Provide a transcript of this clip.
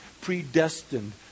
predestined